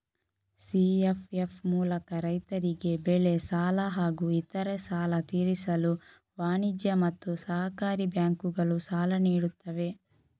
CFF ಮೂಲಕ ರೈತರಿಗೆ ಬೆಳೆ ಸಾಲ ಹಾಗೂ ಇತರೆ ಸಾಲ ತೀರಿಸಲು ವಾಣಿಜ್ಯ ಮತ್ತು ಸಹಕಾರಿ ಬ್ಯಾಂಕುಗಳು ಸಾಲ ನೀಡುತ್ತವೆ